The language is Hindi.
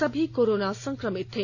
सभी कोरोना संक्रमित थे